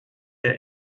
der